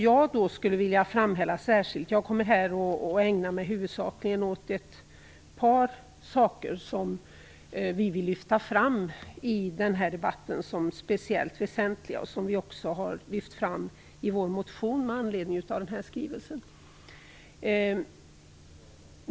Jag kommer här huvudsakligen att ägna mig åt ett par saker som vi vill lyfta fram som speciellt väsentliga i den här debatten. Vi har också lyft fram dem i vår motion med anledning av den här skrivelsen.